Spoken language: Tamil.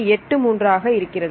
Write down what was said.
83 ஆக இருக்கிறது